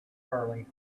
early